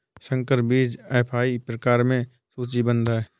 संकर बीज एफ.आई प्रकार में सूचीबद्ध है